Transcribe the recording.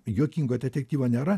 juokingo detektyvo nėra